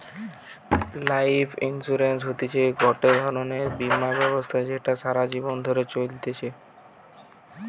life insurance হতিছে গটে ধরণের বীমা ব্যবস্থা যেটা সারা জীবন ধরে চলতিছে